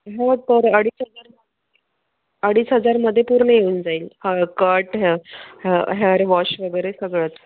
ह तर अडीच हजार अडीच हजारमध्ये पूर्ण येऊन जाईल ह कट ह हेअर वॉश वगैरे सगळंच